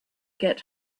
get